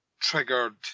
triggered